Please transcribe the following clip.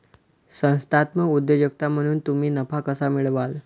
संस्थात्मक उद्योजक म्हणून तुम्ही नफा कसा मिळवाल?